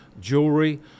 jewelry